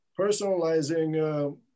personalizing